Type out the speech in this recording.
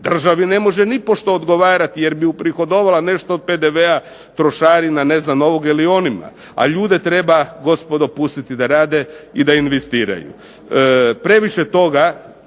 državi ne može nipošto odgovarati jer bi uprihodovala nešto od PDV-a, trošarina ne znam, ovoga ili onoga. A ljude treba, gospodo, pustiti da rade i da investiraju. Previše toga,